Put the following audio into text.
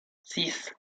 six